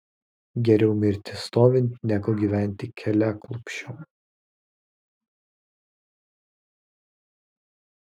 geriau mirti stovint negu gyventi keliaklupsčiom